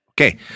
Okay